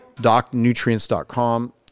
DocNutrients.com